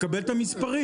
תקבל את המספרים.